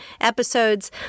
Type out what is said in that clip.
episodes